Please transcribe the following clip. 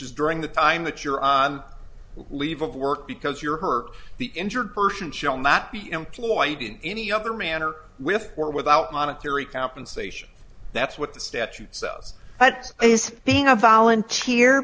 is during the time that you're on leave of work because you're hurt the injured person shall not be employed in any other manner with or without monetary compensation that's what the statute says that is being a volunteer